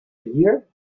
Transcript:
year